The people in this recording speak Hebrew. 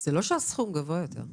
זה לא שהסכום גבוה יותר,